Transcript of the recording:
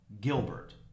Gilbert